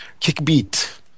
Kickbeat